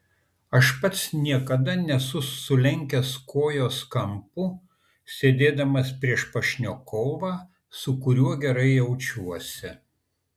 aš pats niekada nesu sulenkęs kojos kampu sėdėdamas prieš pašnekovą su kuriuo gerai jaučiuosi